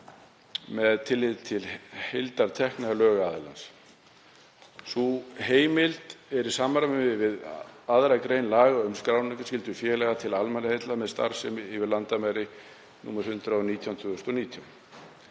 með tilliti til heildartekna lögaðilans. Sú heimild er í samræmi við 2. gr. laga um skráningarskyldu félaga til almannaheilla með starfsemi yfir landamæri, nr. 119/2019.